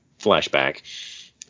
flashback